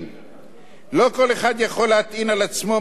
לא כל אחד יכול להטעין על עצמו משא כבד זה,